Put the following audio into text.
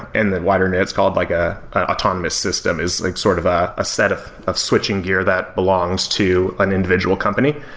and the wider net is called like a autonomous system, is like sort of ah a set of of switching gear that belongs to an individual company.